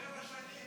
שבע שנים.